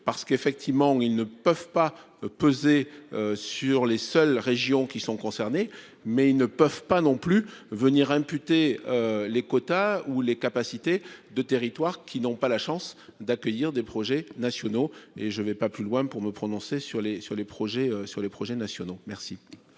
parce qu'effectivement ils ne peuvent pas peser sur les seules régions qui sont concernées, mais ils ne peuvent pas non plus venir imputer les quotas ou les capacités de territoire qui n'ont pas la chance d'accueillir des projets nationaux et je vais pas plus loin pour me prononcer sur les sur les projets sur